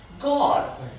God